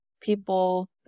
people